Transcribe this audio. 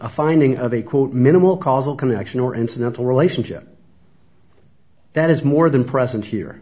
a finding of a quote minimal causal connection or incidental relationship that is more than present here